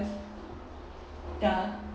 ya